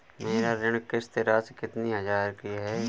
मेरी ऋण किश्त राशि कितनी हजार की है?